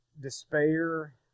despair